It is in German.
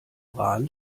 rahn